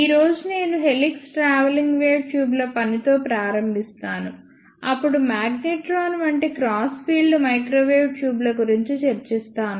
ఈ రోజు నేను హెలిక్స్ ట్రావెలింగ్ వేవ్ ట్యూబ్ల పని తో ప్రారంభిస్తాను అప్పుడు మాగ్నెట్రాన్ వంటి క్రాస్ ఫీల్డ్ మైక్రోవేవ్ ట్యూబ్ల గురించి చర్చిస్తాను